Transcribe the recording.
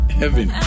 heaven